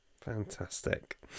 fantastic